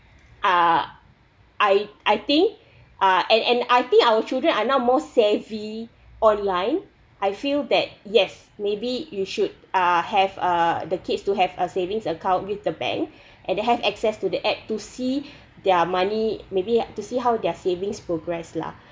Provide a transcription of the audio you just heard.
uh I I think uh and and I think our children are now more savvy online I feel that yes maybe you should uh have uh the kids to have a savings account with the bank and have access to the app to see their money maybe to see how their savings progress lah